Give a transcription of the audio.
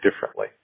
differently